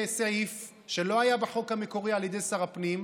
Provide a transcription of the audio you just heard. סעיף שלא היה בחוק המקורי על ידי שר הפנים,